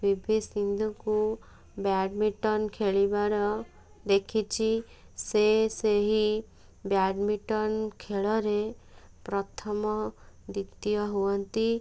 P V ସିନ୍ଧୁଙ୍କୁ badminton ଖେଳିବାର ଦେଖିଛି ସେ ସେହି ବ୍ୟାଡ଼ମିଣ୍ଟନ୍ ଖେଳରେ ପ୍ରଥମ ଦ୍ୱିତୀୟ ହୁଅନ୍ତି